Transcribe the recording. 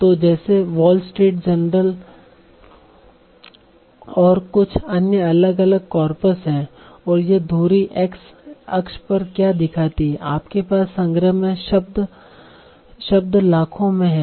तो जैसे Wall Street Journal wsj और कुछ अन्य अलग अलग कॉर्पस हैं और यह धुरी एक्स अक्ष पर क्या दिखाती है आपके पास संग्रह में शब्द लाखों में हैं